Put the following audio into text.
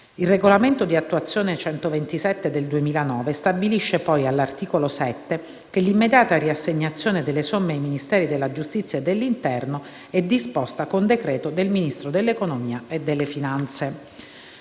Il regolamento di attuazione n. 127 del 2009 stabilisce, poi, all'articolo 7, che l'immediata riassegnazione delle somme ai Ministeri della giustizia e dell'interno è disposta con decreto del Ministro dell'economia e delle finanze.